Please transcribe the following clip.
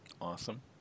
Awesome